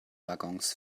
waggons